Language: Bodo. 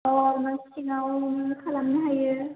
औ न' सिङावनो खालामनो हायो